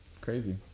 crazy